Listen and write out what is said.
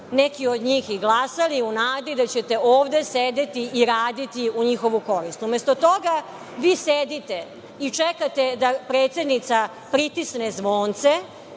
neki od njih i glasali, u nadi da ćete ovde sedeti i raditi u njihovu korist. Umesto toga, vi sedite i čekate da predsednica pritisne zvonce,